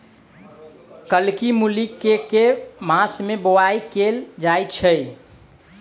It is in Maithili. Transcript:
कत्की मूली केँ के मास मे बोवाई कैल जाएँ छैय?